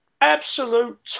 Absolute